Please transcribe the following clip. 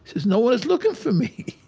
says, no one's looking for me.